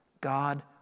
God